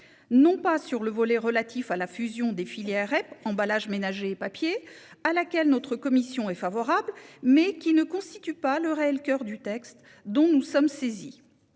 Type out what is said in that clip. pas celui qui est relatif à la fusion des filières REP emballages ménagers et papier, à laquelle notre commission est favorable et qui ne constitue pas le coeur du texte dont nous sommes saisis